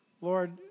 Lord